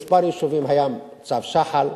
בכמה יישובים היה צו שחל,